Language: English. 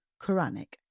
Quranic